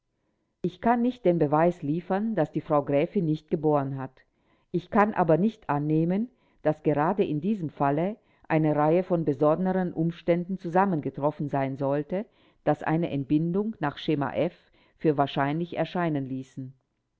ich kann nicht den beweis liefern daß die frau gräfin nicht geboren hat ich kann aber nicht annehmen daß gerade in diesem fall eine reihe von besonderen umständen zusammengetroffen sein sollte die eine entbindung nach schema f für wahrscheinlich erscheinen ließen